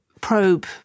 probe